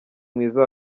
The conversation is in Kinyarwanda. mwiza